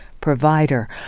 provider